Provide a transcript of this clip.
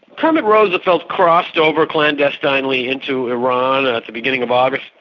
kermit roosevelt crossed over clandestinely into iran at the beginning of august,